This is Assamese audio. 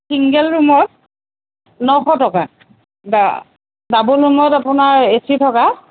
চিংগেল ৰুমত নশ টকা ডা ডাবুল ৰুমত আপোনাৰ এ চি থকা